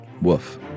Woof